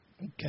Okay